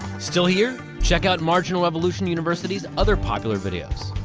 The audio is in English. still here? check out marginal revolution university's other popular videos.